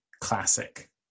classic